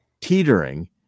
teetering